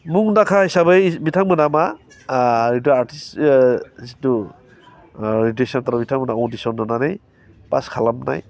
मुंदांखा हिसाबै बिथांमोना मा आर्टिस्त जिथु रेडिअ सेन्टाराव बिथांमोना अदिसन होनानै पास खालामनाय